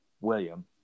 William